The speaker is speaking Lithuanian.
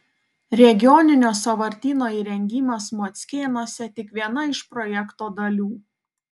regioninio sąvartyno įrengimas mockėnuose tik viena iš projekto dalių